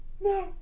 no